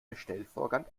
bestellvorgang